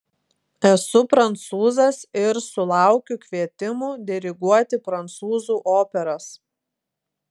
esu prancūzas ir sulaukiu kvietimų diriguoti prancūzų operas